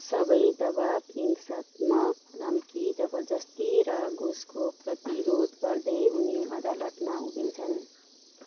सबै दबाब हिंसात्मक धम्की जबरजस्ती र घुसको प्रतिरोध गर्दै उनी अदालतमा उभिन्छन्